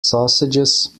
sausages